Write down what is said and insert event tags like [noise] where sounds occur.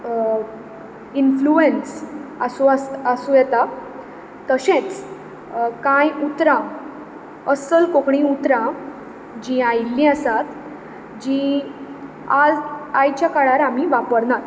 influence आसूं [unintelligible] आसूं येता तशेंच कांय उतरां अस्सल कोंकणी उतरां जीं आयिल्लीं आसात जीं आज आयच्या काळार आमी वापरनात